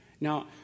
Now